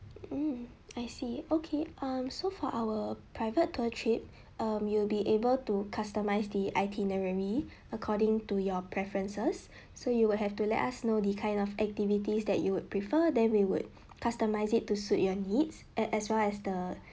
mm I see okay um so for our private tour trip um you'll be able to customize the itinerary according to your preferences so you will have to let us know the kind of activities that you would prefer then we would customize it to suit your needs at as well as the